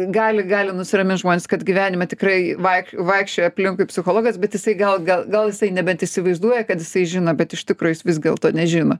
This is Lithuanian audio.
gali gali nusiramint žmonės kad gyvenime tikrai vai vaikščiojo aplinkui psichologas bet jisai gal gal gal jisai nebent įsivaizduoja kad jisai žino bet iš tikro jis vis dėlto nežino